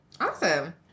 Awesome